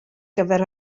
gyfer